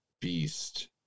beast